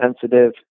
sensitive